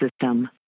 system